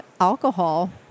alcohol